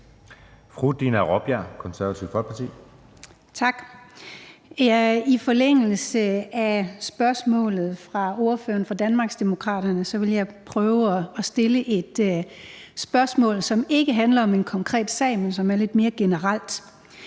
I forlængelse af spørgsmålet fra ordføreren fra Danmarksdemokraterne vil jeg prøve at stille et spørgsmål, som ikke handler om en konkret sag, men som er lidt mere generelt.